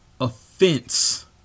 offense